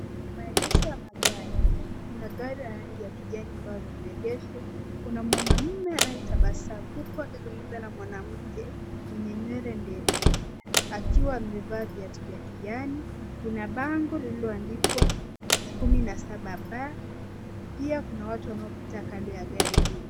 Haya ni maegesho ya magari kuna gari la rangi ya kijani ambalo limeegeshwa kuna mwanamume anayetabasamu huku akizungumza na mwanamke Mwenye nywele ndefu akiwa amevaa viatu vya kijani kuna bango lililoandikwa 17 B. Pia kuna watu wanaopita kando ya gari hilo.